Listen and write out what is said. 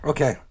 Okay